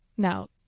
Now